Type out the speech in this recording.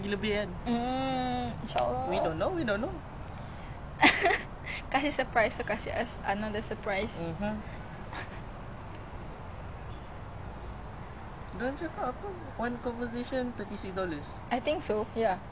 tapi feel like banyak though on the other side apa sia budak-budak ni